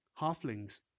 Halflings